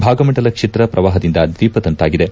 ಭಾಗಮಂಡಲ ಕ್ಷೇತ್ರ ಪ್ರವಾಹದಿಂದಾಗಿ ದ್ವೀಪದಂತಾಗಿದೆ